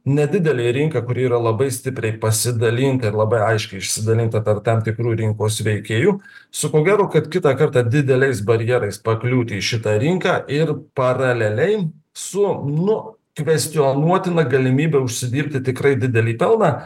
nedidelė rinka kuri yra labai stipriai pasidalinta ir labai aiškiai išsidalinta per tam tikrų rinkos veikėjų su ko gero kad kitą kartą dideliais barjerais pakliūti į šitą rinką ir paraleliai su nu kvestionuotina galimybe užsidirbti tikrai didelį pelną